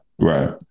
Right